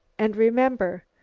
and remember,